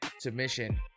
submission